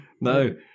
No